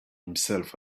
himself